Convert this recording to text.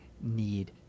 need